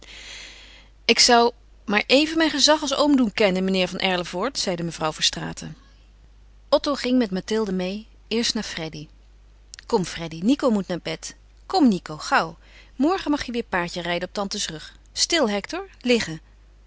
ik zou maar even mijn gezag als oom doen kennen meneer van erlevoort zeide mevrouw verstraeten otto ging met mathilde meê eerst naar freddy kom freddy nico moet naar bed kom nico gauw morgen mag je weer paardje rijden op tantes rug stil hector liggen